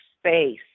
space